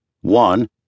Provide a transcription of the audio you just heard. One